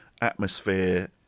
atmosphere